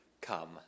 Come